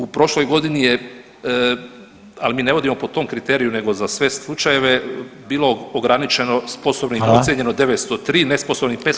U prošloj godini je, ali mi ne vodimo po tom kriteriju nego za sve slučajeve bilo ograničeno sposobnih [[Upadica: Hvala.]] procijenjeno 903, nesposobnih 568 i